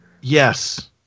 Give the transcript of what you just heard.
Yes